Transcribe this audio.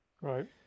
Right